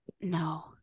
No